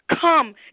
come